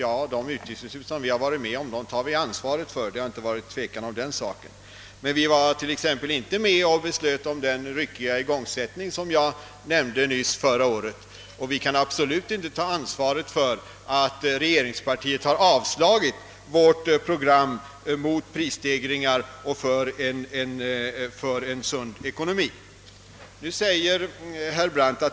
Ja, de utgiftsbeslut som vi har varit med om tar vi ansvaret för, men vi var t.ex. inte med att besluta om den ryckiga igångsättning förra året som jag nyss nämnde, och vi kan absolut inte ta ansvaret för att regeringspartiet har avslagit vårt program mot prisstegringar och för en sund ekonomi.